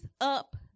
up